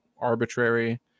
arbitrary